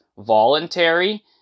voluntary